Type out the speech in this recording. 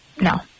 no